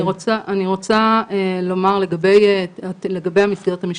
אני רוצה לדבר על המסגרת המשפטית.